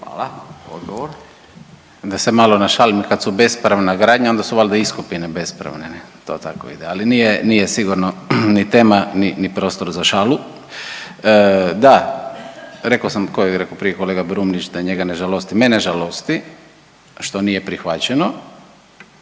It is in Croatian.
Emil (IDS)** Da se malo našalim, kad su bespravna gradnja, onda su valjda iskopine bespravne, ne? To tako ide, ali nije, nije sigurno ni tema ni prostor za šalu. Da, rekao sam, tko je rekao prije, kolega Brumnić da njega ne žalosti, mene žalosti što nije prihvaćeno